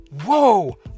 whoa